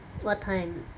what time